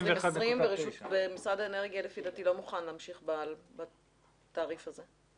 דעתי משרד האנרגיה לא מוכן להמשיך בתעריף הזה.